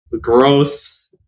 gross